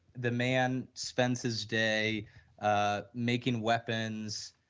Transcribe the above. the man spends his day ah making weapons,